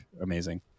amazing